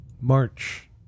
March